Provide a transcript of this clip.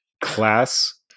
class